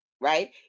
right